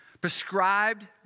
prescribed